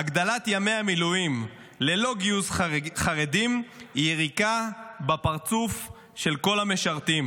הגדלת ימי המילואים ללא גיוס חרדים היא יריקה בפרצוף של כל המשרתים,